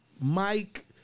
Mike